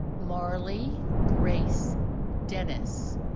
marley grace dennis